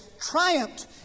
triumphed